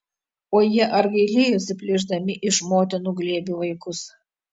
o jie ar gailėjosi plėšdami iš motinų glėbių vaikus